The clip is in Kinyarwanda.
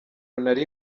nari